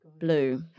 blue